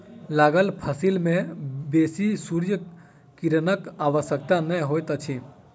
लागल फसिल में बेसी सूर्य किरणक आवश्यकता नै होइत अछि